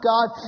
God